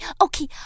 okay